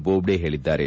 ಬೋಬ್ಡೆ ಹೇಳಿದ್ದಾರೆ